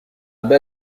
bas